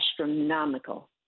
astronomical